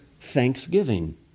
thanksgiving